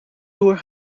loer